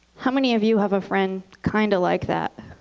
how many of you have a friend kind of like that?